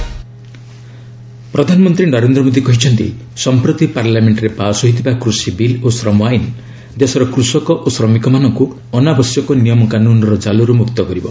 PM Deen Dayal Upadhyay ପ୍ରଧାନମନ୍ତ୍ରୀ ନରେନ୍ଦ୍ର ମୋଦି କହିଛନ୍ତି ସମ୍ପ୍ରତି ପାର୍ଲାମେଣ୍ଟରେ ପାସ୍ ହୋଇଥିବା କୃଷି ବିଲ୍ ଓ ଶ୍ରମ ଆଇନ' ଦେଶର କୃଷକ ଓ ଶ୍ରମିକମାନଙ୍କୁ ଅନାବଶ୍ୟକ ନିୟମକାନୁନର ଜାଲରୁ ମୁକ୍ତ କରିବ